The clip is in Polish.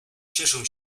cieszę